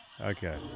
Okay